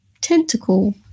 tentacle